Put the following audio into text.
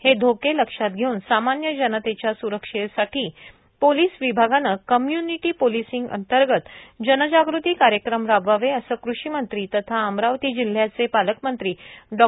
हे धोके लक्षात घेऊन सामान्य जनतेच्या स्रक्षिततेसाठी पोलीस विभागानं कम्य्नीटी पोलीसींग अंतर्गत जनजागृती कार्यक्रम राबवावेए असं कृषी मंत्री तथा अमरावती जिल्ह्याचे पालकमंत्री डॉ